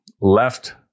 left